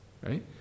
Right